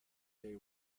day